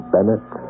Bennett